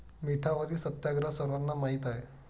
मिठावरील सत्याग्रह सर्वांना माहीत आहे